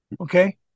okay